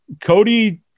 Cody